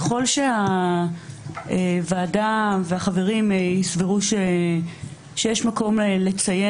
ככל שהוועדה והחברים יסברו שיש מקום לציין